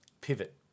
Pivot